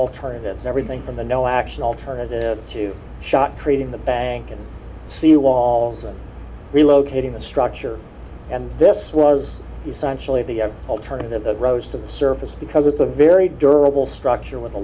alternatives everything from the no action alternative to shot creating the bank and seawall relocating the structure and this was essentially the alternative that rose to the surface because it's a very durable structure with a